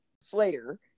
Slater